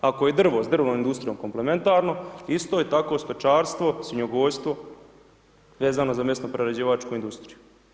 Ako je drvo s drvom industrijom komplementarno, isto je tako stočarstvo, svinjogojstvo vezano za mesno-prerađivačku industriju.